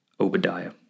Obadiah